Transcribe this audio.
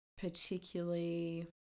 particularly